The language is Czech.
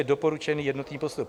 Doporučený jednotný postup.